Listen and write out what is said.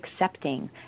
accepting